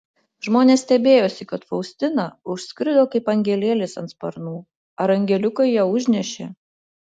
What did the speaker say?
žmonės stebėjosi kad faustina užskrido kaip angelėlis ant sparnų ar angeliukai ją užnešė